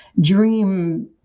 dream